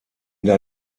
der